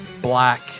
black